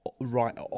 Right